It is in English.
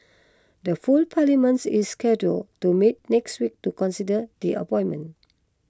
the full parliaments is scheduled to meet next week to consider the appointment